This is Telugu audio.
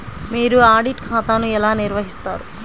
మీరు ఆడిట్ ఖాతాను ఎలా నిర్వహిస్తారు?